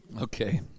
Okay